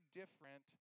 different